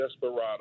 Desperado